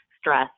stress